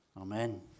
amen